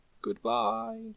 goodbye